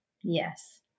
Yes